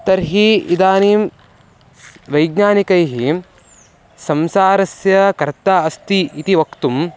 तर्हि इदानीं वैज्ञानिकैः संसारस्य कर्ता अस्ति इति वक्तुम्